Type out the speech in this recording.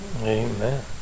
Amen